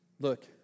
look